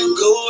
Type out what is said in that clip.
go